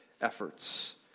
efforts